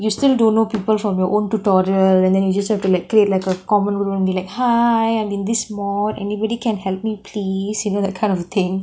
you still don't know people from your own tutorial and then you just have to like create like a common room and be like hi im this module anybody can help me please you know that kind of thing